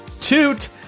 toot